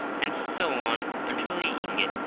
and so on until the ingot,